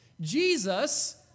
jesus